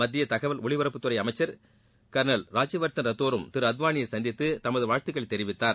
மத்திய தகவல் ஒலிபரப்புத் துறை அமைச்சர் கர்னல் ராஜ்யவர்தன் ரத்தோரும் திரு அத்வானியை சந்தித்து தமது வாழ்த்துக்களை தெரிவித்தார்